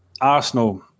Arsenal